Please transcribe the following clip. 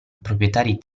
proprietari